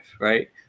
right